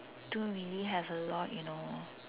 don't really have a lot you know